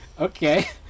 Okay